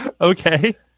Okay